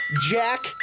Jack